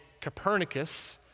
Copernicus